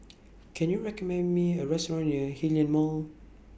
Can YOU recommend Me A Restaurant near Hillion Mall